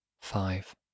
five